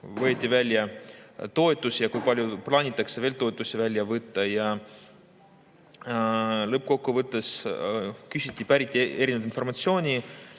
võeti välja toetusi ja kui palju plaanitakse veel toetusi välja võtta. Lõppkokkuvõttes küsiti erinevat informatsiooni.